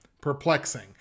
Perplexing